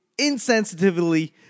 insensitively